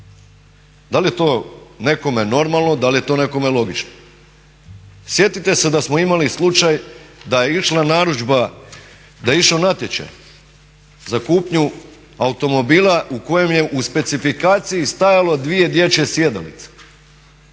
Da li je to nekome normalno, da li je to nekome logično? Sjetite se da smo imali slučaj da je išla narudžba, da je išao natječaj za kupnju automobila u kojem je u specifikaciji stajalo dvije dječje sjedalice,